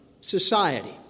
society